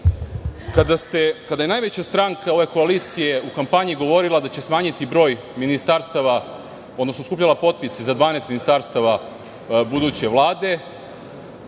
njoj. Kada je najveća stranka ove koalicije u kampanji govorila da će smanjiti broj ministarstava, odnosno skupljala potpise za 12 ministarstava buduće Vlade